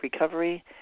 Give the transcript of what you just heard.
Recovery